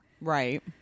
right